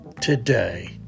today